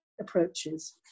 approaches